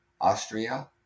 Austria